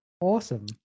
Awesome